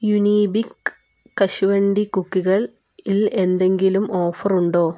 യുനീബിക്ക് കശുവണ്ടി കുക്കികളിൽ എന്തെങ്കിലും ഓഫർ ഉണ്ടോ